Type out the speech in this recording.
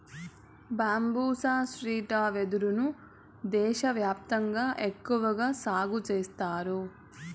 బంబూసా striata వెదురు ను దేశ వ్యాప్తంగా ఎక్కువగా సాగు చేత్తారు